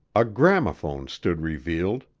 a graphophone stood revealed,